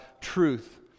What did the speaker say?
truth